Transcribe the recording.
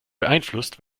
beeinflusst